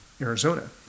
Arizona